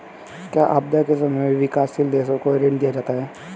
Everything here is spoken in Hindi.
क्या आपदा के समय भी विकासशील देशों को ऋण दिया जाता है?